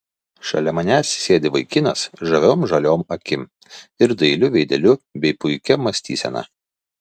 šalia manęs sėdi vaikinas žaviom žaliom akim ir dailiu veideliu bei puikia mąstysena